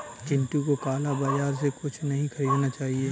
चिंटू को काला बाजार से कुछ नहीं खरीदना चाहिए